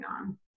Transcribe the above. on